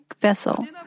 vessel